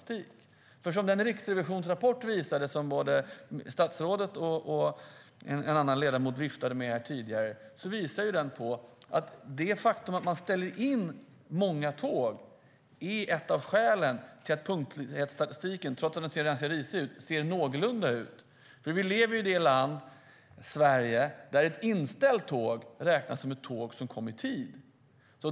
Som den rapport från Riksrevisionen visade som statsrådet och en annan ledamot viftade med tidigare är detta att man ställer in många tåg ett av skälen till att punktlighetsstatistiken, trots att den ser ganska risig ut, ser någorlunda ut. Vi lever i det land, Sverige, där ett inställt tåg räknas som ett tåg som kom i tid.